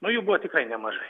nu jų buvo tikrai nemažai